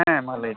ᱦᱮᱸ ᱢᱟ ᱞᱟᱹᱭ ᱢᱮ